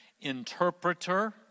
interpreter